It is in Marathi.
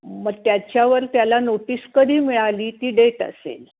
मग त्याच्यावर त्याला नोटीस कधी मिळाली ती डेट असेल